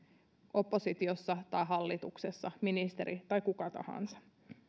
oppositiossa tai hallituksessa ministeri tai kuka tahansa